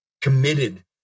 committed